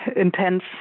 intense